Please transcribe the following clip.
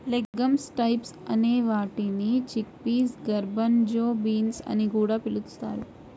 legumes types అనే వాటిని chickpeas, garbanzo beans అని కూడా పిలుస్తారు